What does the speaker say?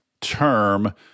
term